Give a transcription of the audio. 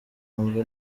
umva